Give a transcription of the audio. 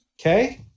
Okay